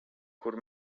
kur